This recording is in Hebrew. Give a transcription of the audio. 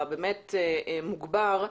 המוגבר,